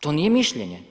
To nije mišljenje.